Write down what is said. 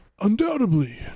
Undoubtedly